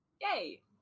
Yay